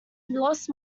lost